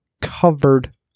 covered